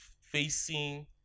facing